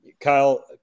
Kyle